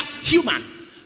human